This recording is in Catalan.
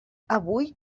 avui